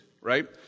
right